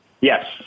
Yes